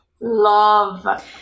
love